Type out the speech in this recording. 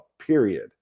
period